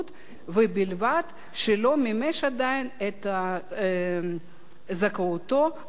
ובלבד שעדיין לא מימש את זכאותו לנקודת